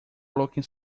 looking